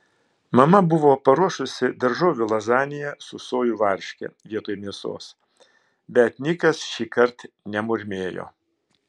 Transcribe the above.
mama buvo paruošusi daržovių lazaniją su sojų varške vietoj mėsos bet nikas šįkart nemurmėjo